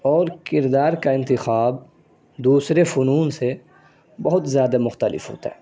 اور کردار کا انتخاب دوسرے فنون سے بہت زیادہ مختلف ہوتا ہے